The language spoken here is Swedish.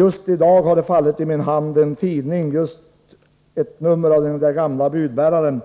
Just i dag har jag fått i min hand ett nummer av den gamla Budbäraren.